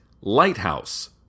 lighthouse